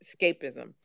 escapism